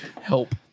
Help